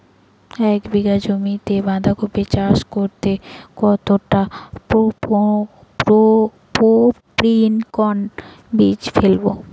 এক বিঘা জমিতে বাধাকপি চাষ করতে কতটা পপ্রীমকন বীজ ফেলবো?